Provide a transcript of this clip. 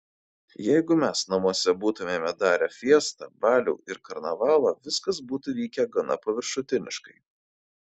jeigu mes namuose būtumėme darę fiestą balių ir karnavalą viskas būtų vykę gana paviršutiniškai